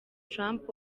trump